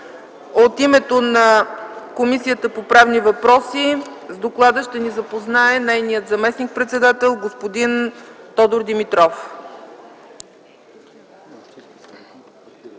От името на Комисията по правни въпроси с доклада ще ни запознае нейният заместник-председател господин Тодор Димитров.